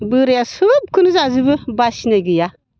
बोराया सोबखौनो जाजोबो बासिनाय गैया